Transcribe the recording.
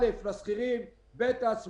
א', לשכירים, ב', לעצמאים,